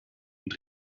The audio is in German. und